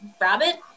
Rabbit